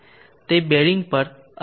તે બેરિંગ પર અસર ઘટાડી છે